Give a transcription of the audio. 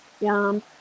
Yum